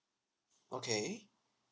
okay